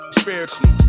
spiritually